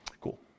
Cool